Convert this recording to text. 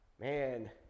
Man